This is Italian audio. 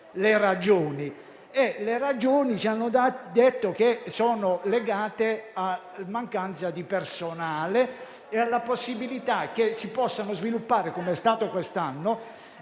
le ragioni. Ci hanno detto che sono legate alla mancanza di personale e alla possibilità che si sviluppino - come è accaduto quest'anno